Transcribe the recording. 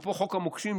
אפרופו חוק המוקשים,